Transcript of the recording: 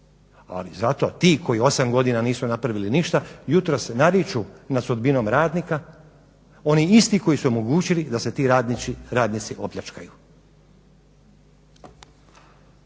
ali zato ti koji osam godina nisu napravili ništa jutros nariču nad sudbinom radnika, oni isti koji su omogućili da se ti radnici opljačkaju.